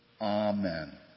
Amen